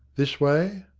this way?